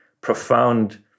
profound